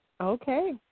Okay